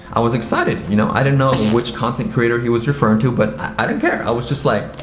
i was excited, you know? i didn't know which content creator he was referring to but i didn't care, i was just like,